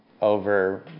over